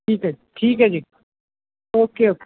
ਠੀਕ ਹੈ ਠੀਕ ਹੈ ਜੀ ਓਕੇ ਓਕੇ